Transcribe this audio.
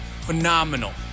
phenomenal